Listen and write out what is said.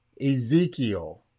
Ezekiel